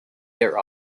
their